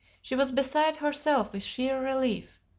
she was beside herself with sheer relief.